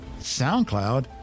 SoundCloud